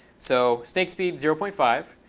so snake speed zero point five.